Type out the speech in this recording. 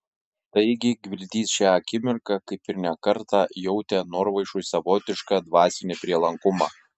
taigi gvildys šią akimirką kaip ir ne kartą jautė norvaišui savotišką dvasinį prielankumą